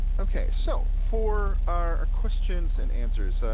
okay, so for our questions and answers, so